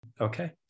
okay